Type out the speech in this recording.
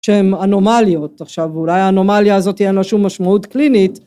שהן אנומליות, עכשיו אולי האנומליה הזאת אין לה שום משמעות קלינית.